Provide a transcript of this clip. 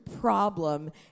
problem